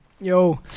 Yo